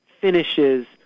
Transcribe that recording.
finishes